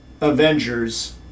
Avengers